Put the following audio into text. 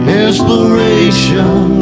inspiration